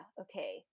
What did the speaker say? Okay